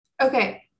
Okay